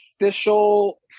official